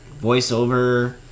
voiceover